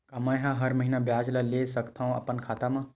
का मैं हर महीना ब्याज ला ले सकथव अपन खाता मा?